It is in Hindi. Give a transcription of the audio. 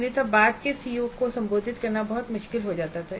अन्यथा बाद के सीओ को संबोधित करना बहुत मुश्किल हो जाता है